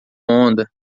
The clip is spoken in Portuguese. onda